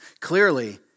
Clearly